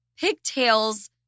pigtails